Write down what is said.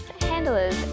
handlers